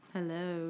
Hello